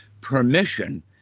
permission